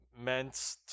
meant